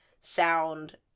sound